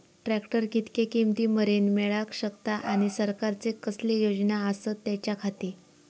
Tractor कितक्या किमती मरेन मेळाक शकता आनी सरकारचे कसले योजना आसत त्याच्याखाती?